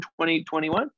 2021